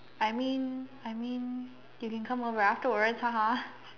I mean I mean you can come over afterwards haha